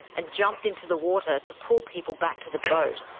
and jumped into the water to pull people back to the boat.